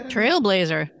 Trailblazer